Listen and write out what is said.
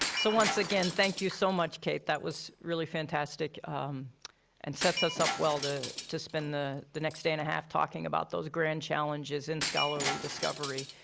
so once again, thank you so much, kate. that was really fantastic and sets us up well to to spend the the next day and a half talking about those grand challenges in scholarly discovery.